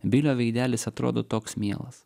bilio veidelis atrodo toks mielas